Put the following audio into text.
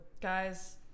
guys